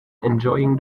enjoying